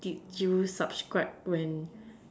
did you subscribe when